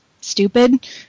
stupid